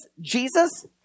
Jesus